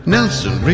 Nelson